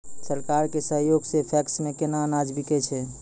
सरकार के सहयोग सऽ पैक्स मे केना अनाज बिकै छै?